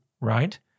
right